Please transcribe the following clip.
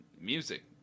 Music